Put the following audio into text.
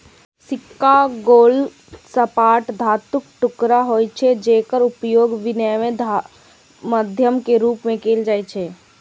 सिक्का गोल, सपाट धातुक टुकड़ा होइ छै, जेकर उपयोग विनिमय माध्यम के रूप मे कैल जाइ छै